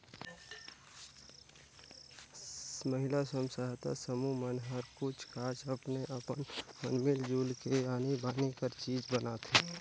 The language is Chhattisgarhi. महिला स्व सहायता समूह मन हर कुछ काछ अपने अपन मन मिल जुल के आनी बानी कर चीज बनाथे